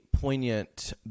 poignant